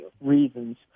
reasons